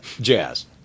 jazz